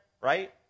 right